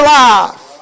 life